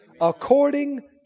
According